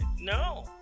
No